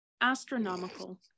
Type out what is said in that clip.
Astronomical